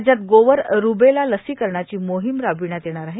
राज्यात गोवर रुबेला लसीकरणाची मोहीम राबविण्यात येणार आहे